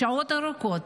לשעות ארוכות,